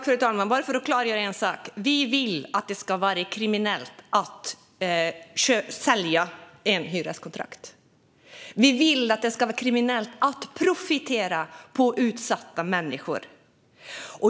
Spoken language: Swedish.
Fru talman! Bara för att klargöra en sak: Vi vill att det ska vara kriminellt att sälja hyreskontrakt. Vi vill att det ska vara kriminellt att profitera på utsatta människor.